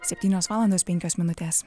septynios valandos penkios minutės